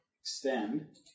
Extend